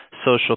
social